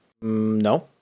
No